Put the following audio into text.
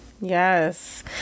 Yes